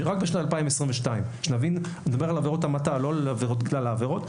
רק בשנת 2022. אני מדבר על עבירות המתה ולא על כלל העבירות.